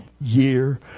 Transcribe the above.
year